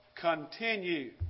continue